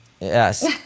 Yes